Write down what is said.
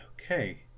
Okay